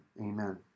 Amen